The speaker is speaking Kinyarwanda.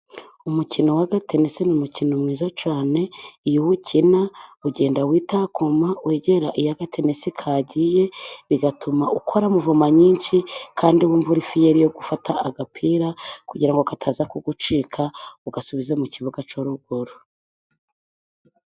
Umukino w'agadenesi ni umukino mwiza cyane iyo uri kuwukina ugenda witakuma wegera iyo akadenesi kagiye, bigatuma ukora muvoma nyinshi kandi wumva uri fiyeri yo gufata agapira, kugira ngo kataza kugucika ugasubiza mu kibuga cyo ruguru.